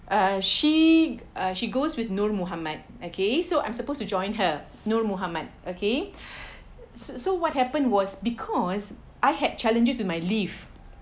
uh she uh she goes with nor mohamed okay so I'm supposed to join her nor mohamed okay so so what happen was because I had challenges with my leave